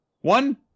One